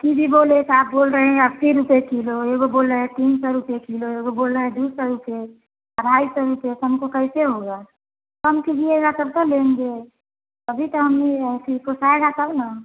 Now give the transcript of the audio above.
ठीक ही बोले जैसा आप बोल रहे हैं अस्सी रुपये किलो एगो बोल रहे तीन सौ रुपये किलो एगो बोलना दो सौ रुपये अढ़ाई सौ में तो कम तो कैसे होगा कम कीजिए तब तो लेंगे अभी तो हम लिये हैं ऐसी पोसाएगा तब न